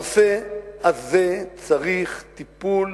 הנושא הזה צריך טיפול